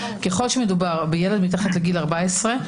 ככל שמדובר בילד מתחת לגיל 14,